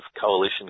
coalition